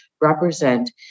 represent